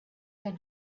had